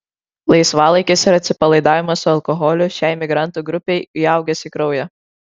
laisvalaikis ir atsipalaidavimas su alkoholiu šiai migrantų grupei įaugęs į kraują